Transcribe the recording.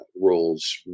roles